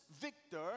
Victor